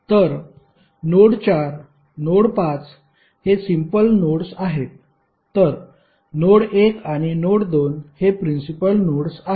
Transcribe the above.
तर node 4 node 5 हे simple nodes आहेत तर नोड 1 आणि नोड 2 हे प्रिन्सिपल नोड्स आहेत